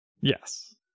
yes